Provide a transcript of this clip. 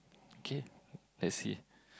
K let's see